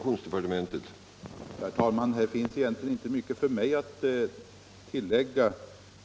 Herr talman! Det finns egentligen inte mycket för mig att tillägga.